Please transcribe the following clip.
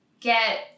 get